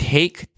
Take